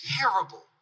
terrible